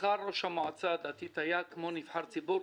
שכר ראש המועצה הדתית היה כמו של נבחר ציבור,